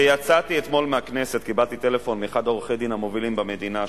כשיצאתי אתמול מהכנסת קיבלתי טלפון מאחד מעורכי-הדין המובילים במדינה,